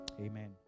Amen